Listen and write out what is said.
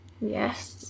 Yes